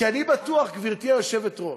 כי אני בטוח, גברתי היושבת-ראש,